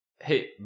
Hey